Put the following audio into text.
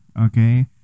Okay